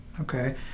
Okay